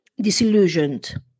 disillusioned